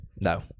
No